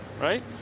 right